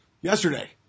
yesterday